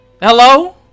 Hello